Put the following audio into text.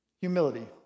Humility